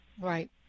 Right